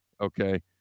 okay